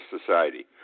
society